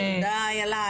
איילה,